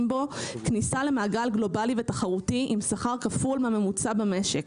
בו כניסה למעגל גלובלי ותחרותי עם שכר כפול מהממוצע במשק.